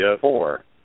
four